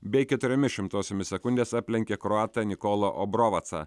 bei keturiomis šimtosiomis sekundės aplenkė kroatą nikolą obrovacą